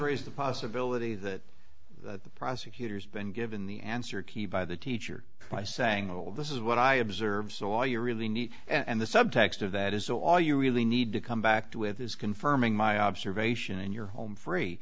raise the possibility that the prosecutor's been given the answer key by the teacher by saying all of this is what i observed so all you really need and the subtext of that is so all you really need to come back to with is confirming my observation and you're home free